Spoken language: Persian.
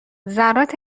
ذرات